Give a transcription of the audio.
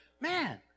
Man